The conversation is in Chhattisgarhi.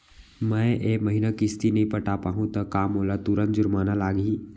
मैं ए महीना किस्ती नई पटा पाहू त का मोला तुरंत जुर्माना लागही?